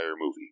movie